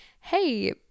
hey